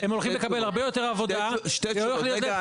הם הולכים לקבל הרבה יותר עבודה והולך להיות להם